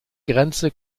grenze